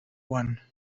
one